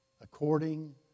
according